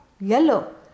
yellow